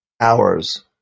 hours